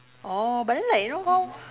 orh but then like you know how